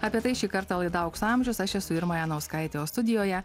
apie tai šį kartą laida aukso amžius aš esu irma janauskaitė o studijoje